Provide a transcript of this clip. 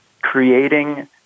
creating